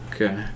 Okay